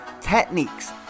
techniques